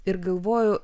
ir galvoju